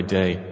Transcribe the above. day